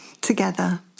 together